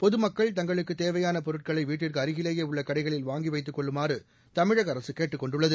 பொதுமக்கள் தங்களுக்கு தேவையாள பொருட்களை வீட்டிற்கு அருகிலேயே உள்ள கடைகளில் வாங்கி வைத்துக் கொள்ளுமாறு தமிழக அரசு கேட்டுக் கொண்டுள்ளது